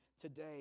today